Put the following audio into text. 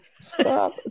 stop